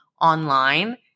online